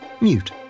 Mute